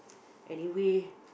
anyway